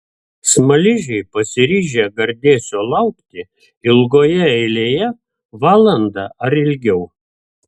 smaližiai pasiryžę gardėsio laukti ilgoje eilėje valandą ar ilgiau